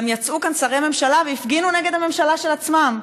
גם יצאו כאן שרי ממשלה והפגינו נגד הממשלה של עצמם.